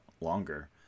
longer